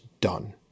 done